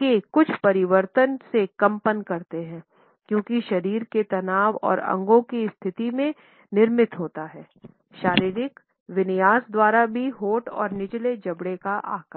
के कुछ परिवर्तनों से कंपन करते हैं क्योंकि शरीर के तनाव और अंगों की स्थिति में निर्मित होता है शारीरिक विन्यास द्वारा भी होंठ और निचले जबड़े का आकार